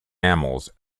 mammals